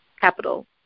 capital